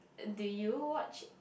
uh do you watch